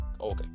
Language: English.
okay